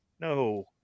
No